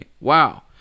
wow